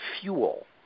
fuel